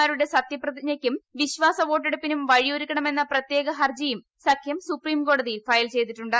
മാരുടെ സത്യപ്രതിജ്ഞയ്ക്കും വിശ്വാസവോട്ടെടുപ്പിനും വഴിയൊരുക്കണമെന്ന പ്രത്യേക ഹർജിയും സഖ്യം സുപ്രീംകോടതിയിൽ ഫയൽ ചെയ്തിട്ടുണ്ട്